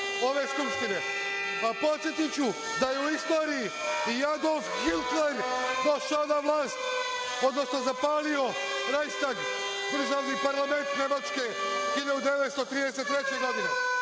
ove Skupštine. Podsetiću da je u istoriji i Adolf Hitler došao na vlast odnosno zapalio Rajhstag, državni parlament Nemačke, 1933. godine.